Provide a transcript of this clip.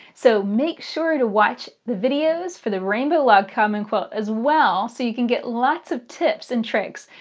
so make sure to watch the videos for the rainbow log cabin and quilt as well so you can get lots of tips and tricks,